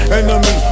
Enemy